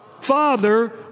father